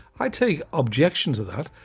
i take objection to that.